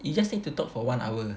you just need to talk for one hour